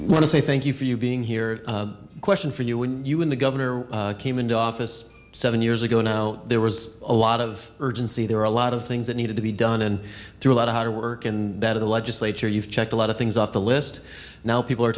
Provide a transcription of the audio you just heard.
want to say thank you for you being here the question for you when you when the governor came into office seven years ago now there was a lot of urgency there were a lot of things that needed to be done and through a lot of hard work in that of the legislature you've checked a lot of things off the list now people are